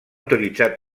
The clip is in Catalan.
utilitzar